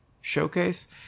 showcase